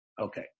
Okay